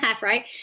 Right